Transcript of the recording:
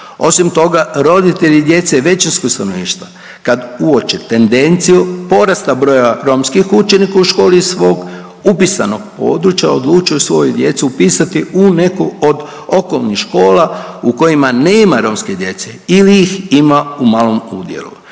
Osim toga roditelji djece većinskog stanovništva kad uoče tendenciju porasta broja romskih učenika u školi iz svog upisanog područja odlučuju svoju djecu upisati u neku od okolnih škola u kojima nema romske djece ili ih ima u malom udjelu